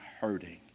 hurting